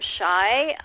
shy